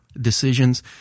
decisions